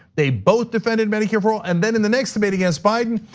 they both defended medicare for all. and then in the next debate against biden,